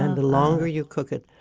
and the longer you cook it,